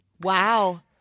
Wow